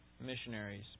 missionaries